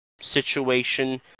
situation